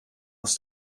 aus